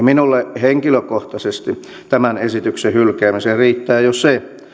minulle henkilökohtaisesti tämän esityksen hylkäämiseen riittää jo se